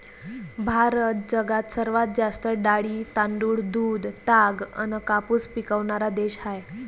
भारत जगात सर्वात जास्त डाळी, तांदूळ, दूध, ताग अन कापूस पिकवनारा देश हाय